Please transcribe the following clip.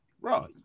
Right